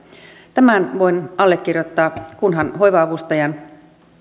tämän voin allekirjoittaa kunhan hoiva avustajan